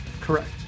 Correct